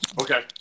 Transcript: Okay